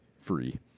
free